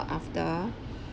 after